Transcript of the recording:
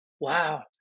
wow